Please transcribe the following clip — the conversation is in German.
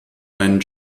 meinen